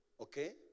okay